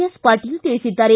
S Patil ತಿಳಿಸಿದ್ದಾರೆ